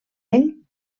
ell